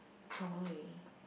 choy